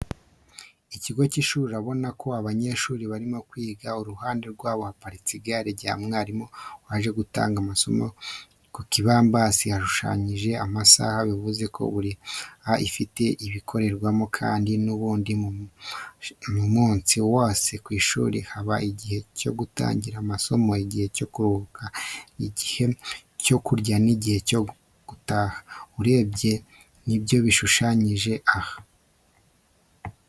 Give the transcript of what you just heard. Ikigo k'ishuri urabona ko abanyeshuri barimo kwiga iruhande rwacyo haparitse igare rya mwarimu waje gutanga amaso ku kibambasi hashushanyijeho amasaha bivuze ko buri saha ifite ibiyikorerwamo kandi n'ubundi mumunsi wase kwishuri haba igihe cyo gutangira amasomo, igihe cyokuruhuka, gihe cyo kurya nighe cyogutaha urebye nibyo bishushanyije aha.